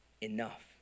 enough